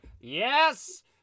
yes